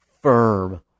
firm